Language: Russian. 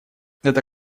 это